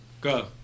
go